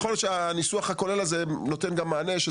בסדר, יכול להיות שהניסוח הכולל הזה נותן מענה.